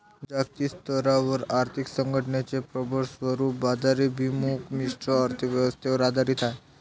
जागतिक स्तरावर आर्थिक संघटनेचे प्रबळ स्वरूप बाजाराभिमुख मिश्र अर्थ व्यवस्थेवर आधारित आहे